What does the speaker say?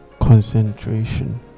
concentration